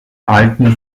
alten